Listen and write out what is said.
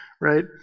right